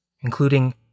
including